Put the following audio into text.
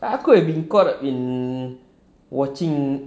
aku have been caught in watching